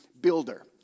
builder